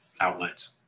outlets